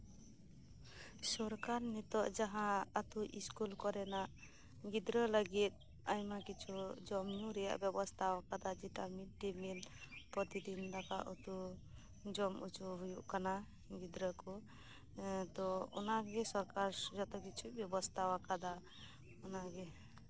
ᱥᱚᱨᱠᱟᱨ ᱱᱤᱛᱚᱜ ᱡᱟᱦᱟᱸ ᱟᱹᱛᱳ ᱥᱠᱩᱞ ᱠᱚᱨᱮᱱᱟᱜ ᱜᱤᱫᱽᱨᱟᱹ ᱞᱟᱹᱜᱤᱫ ᱟᱭᱢᱟ ᱠᱤᱪᱷᱩ ᱡᱚᱢ ᱧᱩ ᱨᱮᱭᱟᱜ ᱵᱮᱵᱚᱥᱛᱷᱟ ᱟᱠᱟᱫᱟ ᱡᱮᱴᱟ ᱢᱤᱫ ᱴᱤᱱ ᱯᱨᱚᱛᱤᱫᱤᱱ ᱫᱟᱠᱟ ᱩᱛᱩ ᱡᱚᱢ ᱦᱚᱪᱚ ᱦᱳᱭᱳᱜ ᱠᱟᱱᱟ ᱜᱤᱫᱽᱨᱟᱹ ᱠᱚ ᱚᱱᱟᱜᱮ ᱥᱚᱨᱠᱟᱨ ᱡᱷᱚᱛᱚ ᱠᱤᱪᱷᱩ ᱵᱮᱵᱚᱥᱛᱷᱟ ᱟᱠᱟᱫᱟ ᱚᱱᱟᱜᱮ